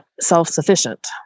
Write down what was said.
self-sufficient